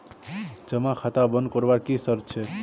जमा खाता बन करवार की शर्त छे?